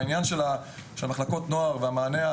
בעניין של מחלקות הנוער והמענה,